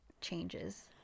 changes